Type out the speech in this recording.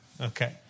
Okay